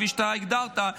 כפי שאתה הגדרת,